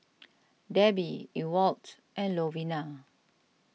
Debby Ewald and Lovina